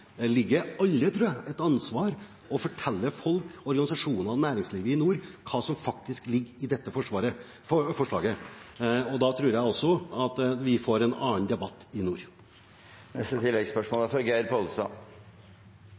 alle, tror jeg, et ansvar å fortelle folk, organisasjoner og næringsliv i nord hva som faktisk ligger i dette forslaget, og da tror jeg også vi får en annen debatt i